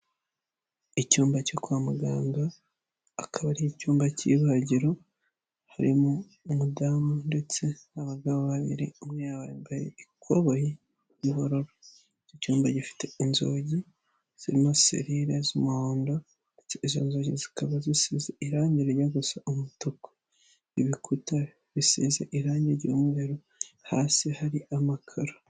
Icyumba cyo kwa muganga akaba ari icyumba cy'ibagiro, harimo umudamu ndetse n'abagabo babiri umwe yambaye ikoboyi y'ubururu, icyumba gifite inzugi zirimo selire z'umuhondo ndetse izo nzugi zikaba zisize irangi rijya gusa umutuku, ibikuta bisize irangi ry'umweru, hasi hari amakara.